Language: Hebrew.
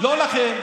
לא אתכם,